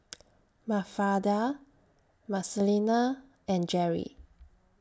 Mafalda Marcelino and Jerry